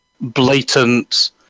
Blatant